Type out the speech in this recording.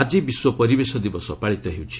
ଆଜି ବିଶ୍ୱ ପରିବେଶ ଦିବସ ପାଳିତ ହେଉଛି